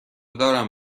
دارم